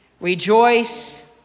rejoice